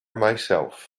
myself